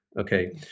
Okay